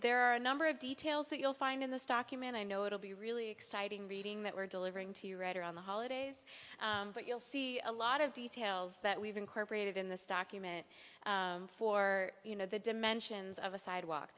there are a number of details that you'll find in the stock you man i know it'll be really exciting reading that we're delivering to you right around the holidays but you'll see a lot of details that we've incorporated in this document for you know the dimensions of a sidewalk